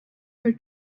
her